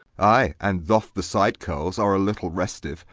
ay and tho'ff the side curls are a little restive,